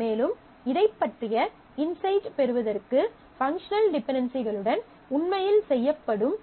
மேலும் இதைப் பற்றிய இன்சயிட் பெறுவதற்கு பங்க்ஷனல் டிபென்டென்சிகளுடன் உண்மையில் செயல்படும்